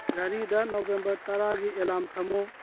ꯘꯔꯤꯗ ꯅꯣꯕꯦꯝꯕꯔ ꯇꯔꯥꯒꯤ ꯑꯦꯂꯥꯝ ꯊꯝꯃꯨ